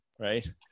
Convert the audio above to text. Right